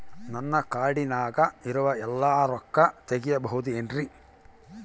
ನನ್ನ ಕಾರ್ಡಿನಾಗ ಇರುವ ಎಲ್ಲಾ ರೊಕ್ಕ ತೆಗೆಯಬಹುದು ಏನ್ರಿ?